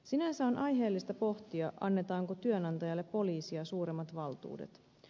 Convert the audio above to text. sinänsä on aiheellista pohtia annetaanko työnantajalle poliisia suuremmat valtuudet